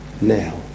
now